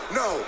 no